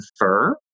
infer